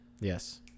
yes